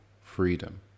freedom